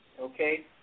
Okay